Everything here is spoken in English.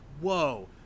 whoa